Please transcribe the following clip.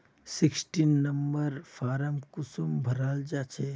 Sixteen number form कुंसम भराल जाछे?